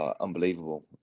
unbelievable